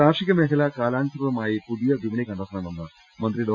കാർഷികമേഖല കാലാനുസൃതമായി പുതിയ വിപണി കണ്ടെ ത്തണമെന്ന് മന്ത്രി ഡോ